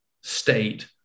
state